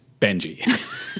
Benji